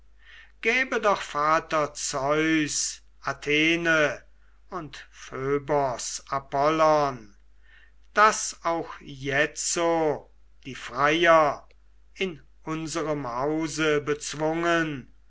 doch vater zeus athene und phöbos apollon daß auch jetzo die freier in unserem hause bezwungen